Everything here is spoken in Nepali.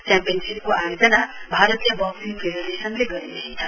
च्याम्पियनशिपको आयोजना भारतीय बक्सिङ फेडरेशनले गरिरहेछ